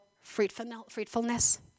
fruitfulness